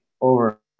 over